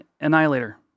Annihilator